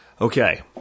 Okay